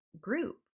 group